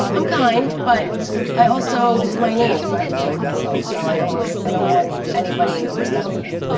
um i'm kind, but i also it's my name, so i have to protect myself. so i don't want ah and want anybody overstepping me.